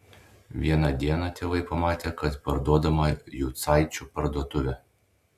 vieną dieną tėvai pamatė kad parduodama jucaičių parduotuvė